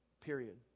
Period